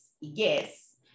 Yes